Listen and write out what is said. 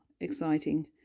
exciting